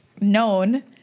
known